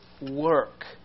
work